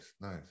nice